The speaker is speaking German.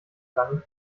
langen